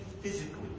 physically